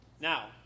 Now